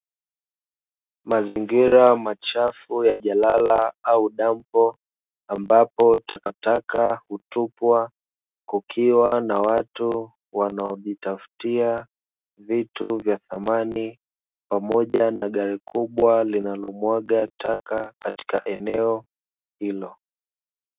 Mazingira machafu ya jalala au dampo, ambapo takataka hutupwa kukiwa na watu wanaojitafutia vitu vya thamani, pamoja na gari kubwa linalomwaga taka katika eneo hilo.